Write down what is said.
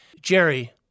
Jerry